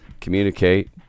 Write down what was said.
Communicate